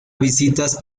visitas